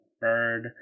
bird